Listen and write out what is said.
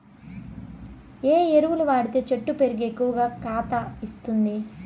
ఏ ఎరువులు వాడితే చెట్టు పెరిగి ఎక్కువగా కాత ఇస్తుంది?